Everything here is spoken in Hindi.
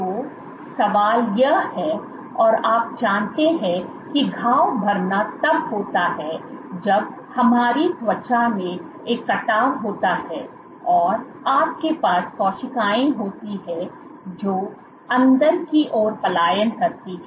तो सवाल यह है और आप जानते हैं कि घाव भरना तब होता है जब हमारी त्वचा में एक कटाव होता है और आपके पास कोशिकाएं होती हैं जो अंदर की ओर पलायन करती हैं